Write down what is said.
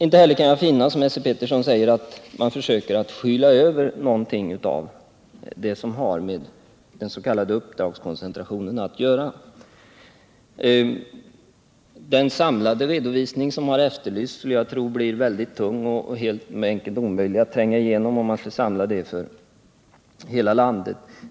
Inte heller kan jag finna att man, som Esse Petersson säger, försöker skyla över någonting av det som har med den s.k. uppdragskoncentrationen att göra. Den samlade redovisning som har efterlysts tror jag skulle bli oerhört tung och alldeles omöjlig att tränga igenom, om man skulle samla exempel från hela landet.